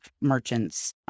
merchants